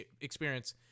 experience